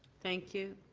thank you.